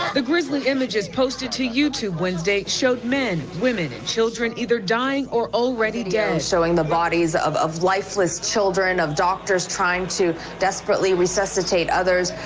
the grisly images posted to youtube wednesday showed men, women and children either dying or already dead showing the bodies of of lifeless children, of doctors trying to desperately resuscitate others.